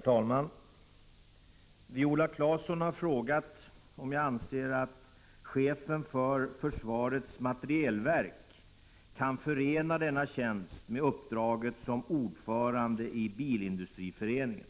talman! Viola Claesson har frågat om jag anser att chefen för försvarets materielverk kan förena denna tjänst med uppdraget som ordförande i Bilindustriföreningen.